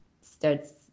starts